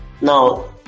Now